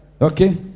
Okay